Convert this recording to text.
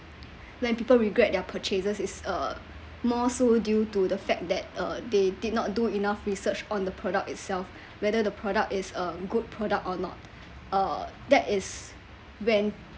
when people regret their purchases its uh more so due to the fact that uh they did not do enough research on the product itself whether the product is a good product or not uh that is when